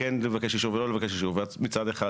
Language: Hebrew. כן לבקש אישור ולא לבקש אישור מצד אחד,